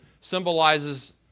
symbolizes